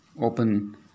open